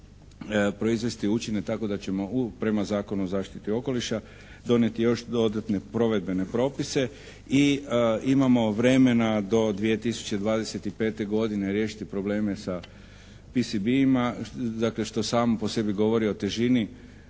proizvesti učinak tako da ćemo prema Zakonu o zaštiti okoliša donijeti još dodatne provedbene propise i imamo vremena do 2025. godine riješiti probleme sa PCB-ima, dakle što samo po sebi govori o težini